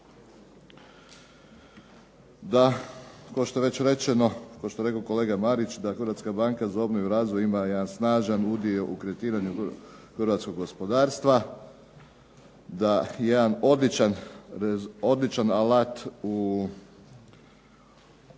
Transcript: Da pošto je već rečeno pošto je već rekao kolega Marić da HBOR ima jedan snažan udio u kreditiranju hrvatskog gospodarstva, da jedan odličan alat u